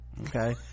Okay